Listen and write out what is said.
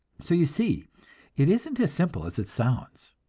so you see it isn't as simple as it sounds.